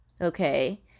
okay